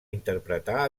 interpretar